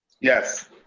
Yes